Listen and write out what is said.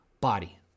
body